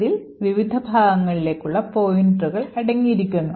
അതിൽ വിവിധ വിഭാഗങ്ങളിലേക്കുള്ള പോയിന്ററുകൾ അടങ്ങിയിരിക്കുന്നു